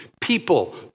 People